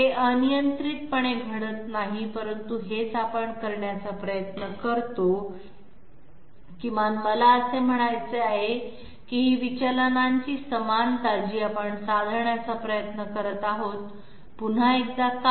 हे अनियंत्रितपणे घडत नाही परंतु हेच आपण करण्याचा प्रयत्न करतो किमान मला असे म्हणायचे आहे की ही विचलनांची समानता जी आपण साधण्याचा प्रयत्न करत आहोत पुन्हा एकदा का